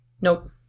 Nope